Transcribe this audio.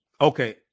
okay